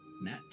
Nat